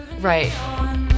right